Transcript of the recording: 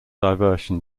diversion